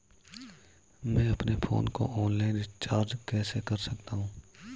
मैं अपने फोन को ऑनलाइन रीचार्ज कैसे कर सकता हूं?